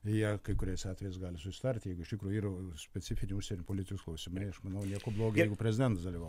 jie kai kuriais atvejais gali susitarti jeigu iš tikrųjų yra specifiniai užsienio politikos klausimai aš manau nieko blogo jeigu prezidentas dalyvau